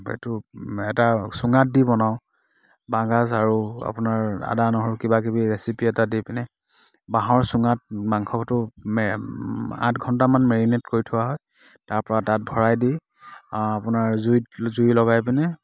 এইটো এটা চুঙাত দি বনাওঁ বাঁহগাজ আৰু আপোনাৰ আদা নহৰু কিবা কিবি ৰেচিপি এটা দি পিনে বাঁহৰ চুঙাত মাংসটো মে আঠ ঘণ্টামান মেৰিনেট কৰি থোৱা হয় তাৰ পৰা তাত ভৰাই দি আপোনাৰ জুইত জুই লগাই পিনে